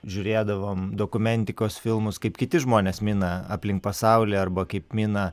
žiūrėdavom dokumentikos filmus kaip kiti žmonės mina aplink pasaulį arba kaip mina